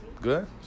Good